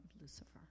Lucifer